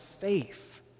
faith